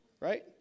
right